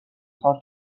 کار